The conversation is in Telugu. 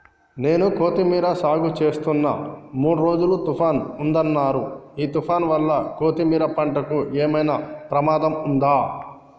నేను కొత్తిమీర సాగుచేస్తున్న మూడు రోజులు తుఫాన్ ఉందన్నరు ఈ తుఫాన్ వల్ల కొత్తిమీర పంటకు ఏమైనా ప్రమాదం ఉందా?